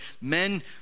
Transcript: men